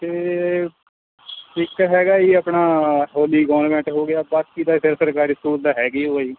ਅਤੇ ਇੱਕ ਹੈਗਾ ਜੀ ਆਪਣਾ ਹੋਲੀ ਕੋਨਵੈਟ ਹੋ ਗਿਆ ਬਾਕੀ ਦਾ ਫਿਰ ਸਰਕਾਰੀ ਸਕੂਲ ਤਾਂ ਹੈਗੇ ਓ ਆ ਜੀ